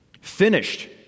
finished